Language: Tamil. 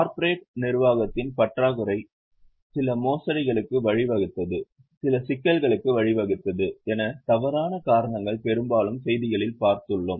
கார்ப்பரேட் நிர்வாகத்தின் பற்றாக்குறை சில மோசடிகளுக்கு வழிவகுத்தது சில சிக்கல்களுக்கு வழிவகுத்தது என தவறான காரணங்கள் பெரும்பாலும் செய்திகளில் பார்த்துள்ளோம்